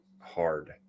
hard